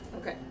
Okay